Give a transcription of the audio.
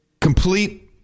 Complete